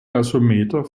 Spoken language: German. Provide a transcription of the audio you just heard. gasometer